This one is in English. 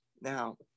Now